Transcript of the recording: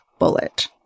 bullet